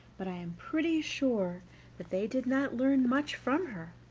but i am pretty sure that they did not learn much from her.